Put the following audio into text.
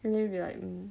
and then will be like mm